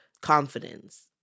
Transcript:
confidence